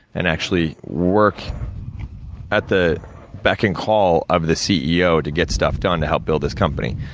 and actually work at the beck and call of the ceo, to get stuff done, to help build this company.